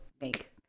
make